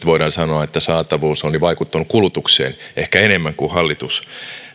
voidaan sanoa että saatavuus on jo vaikuttanut kulutukseen ehkä enemmän kuin hallitus